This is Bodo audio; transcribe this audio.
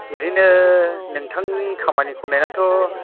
ओरैनो नोंथांनि खामानिखौ नायनानैथ'